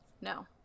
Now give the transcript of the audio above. No